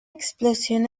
explosión